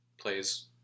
plays